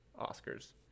oscars